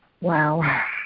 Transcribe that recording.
Wow